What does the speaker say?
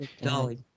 Dolly